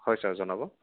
হয় ছাৰ জনাব